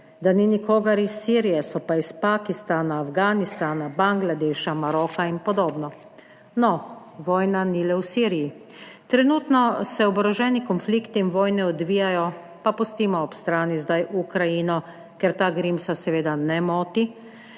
da ni nikogar iz Sirije, so pa iz Pakistana, Afganistana, Bangladeša, Maroka ipd. No, vojna ni le v Siriji. Trenutno se oboroženi konflikti in vojne odvijajo - pa pustimo ob strani zdaj Ukrajino, ker ta Grimsa seveda ne moti